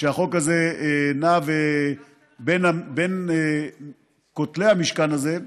שהחוק הזה נע בין כותלי המשכן הזה,